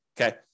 okay